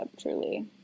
truly